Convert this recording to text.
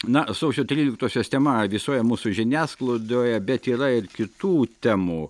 na sausio tryliktosios tema visoje mūsų žiniasklaidoje bet yra ir kitų temų